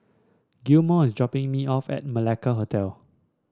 Gilmore is dropping me off at Malacca Hotel